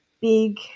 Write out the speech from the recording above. big